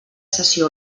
sessió